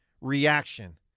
reaction